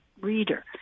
reader